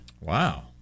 Wow